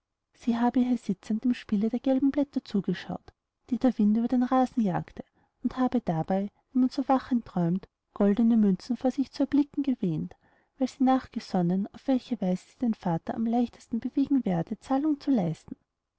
sie habe hier sitzend dem spiele der gelben blätter zugeschaut die der wind über den rasen jagte und habe dabei wie man so wachend träumt goldene münzen vor sich zu erblicken gewähnt weil sie nachgesonnen auf welche weise sie den vater am leichtesten bewegen werde zahlung zu leisten